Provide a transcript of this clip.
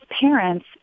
parents